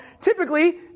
typically